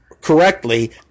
correctly